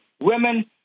women